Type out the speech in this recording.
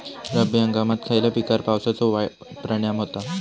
रब्बी हंगामात खयल्या पिकार पावसाचो वाईट परिणाम होता?